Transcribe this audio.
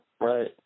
right